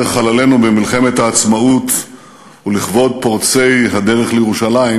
חללינו במלחמת העצמאות ולכבוד פורצי הדרך לירושלים,